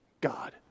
God